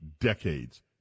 decades